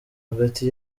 hagati